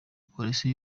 polisi